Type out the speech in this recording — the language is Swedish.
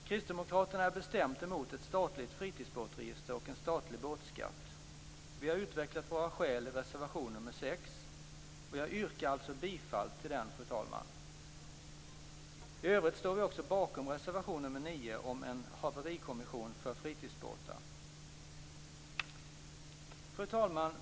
Kristdemokraterna är bestämt emot ett statligt fritidsbåtsregister och en statlig båtskatt. Vi har utvecklat våra skäl i reservation nr 6, och jag yrkar bifall till den, fru talman. I övrigt står vi också bakom reservation nr 9 om en haverikommission för fritidsbåtar. Fru talman!